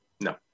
No